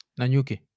Nanyuki